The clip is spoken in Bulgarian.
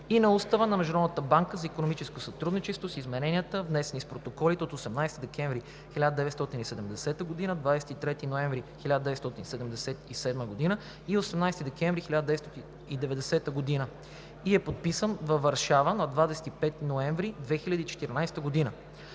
и на Устава на Международната банка за икономическо сътрудничество (с измененията, внесени с протоколите от 18 декември 1970 г., 23 ноември 1977 г. и 18 декември 1990 г.) и е подписан във Варшава на 25 ноември 2014 г.